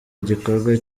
igikorwa